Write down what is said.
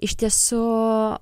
iš tiesų